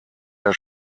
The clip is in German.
der